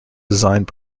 designed